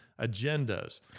agendas